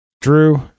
Drew